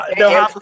no